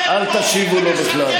אנחנו נבוא אליך לבלפור.